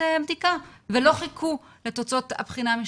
בדיקה ולא חיכו לתוצאות הבחינה המשטרתית,